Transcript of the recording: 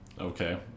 Okay